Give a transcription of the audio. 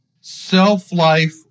self-life